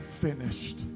finished